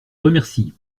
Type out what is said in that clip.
remercie